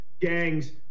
gangs